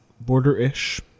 border-ish